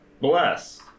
Bless